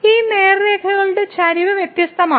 ഈ നേർരേഖകളുടെ ചരിവ് വ്യത്യസ്തമാണ്